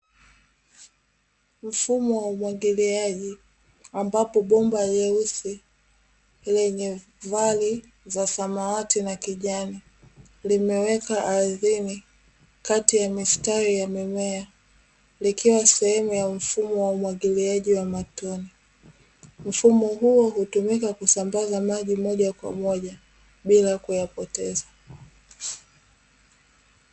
Mfumo wa umwagiliaji ambapo bomba leusi lenye rangi za samawati na kijani. limewekwa ardhini kati ya mistari ya mimea likiwa sehemu ya mfumo wa umwagiliaji wa matone, mfumo huo hutumika kusambaza maji moja kwa moja bila kuyapoteza.